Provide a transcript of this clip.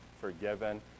forgiven